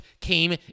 came